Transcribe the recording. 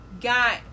got